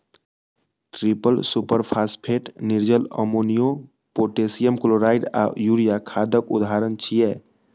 triple superphosphate, निर्जल ammonia, पोटेशियम chloride आ यूरिया खादक उदाहरण छियै